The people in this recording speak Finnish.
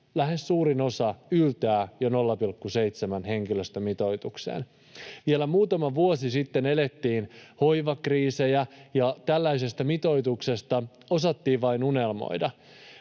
lähes suurin osa yltää jo 0,7:n henkilöstömitoitukseen. Vielä muutama vuosi sitten elettiin hoivakriisejä ja tällaisesta mitoituksesta osattiin vain unelmoida,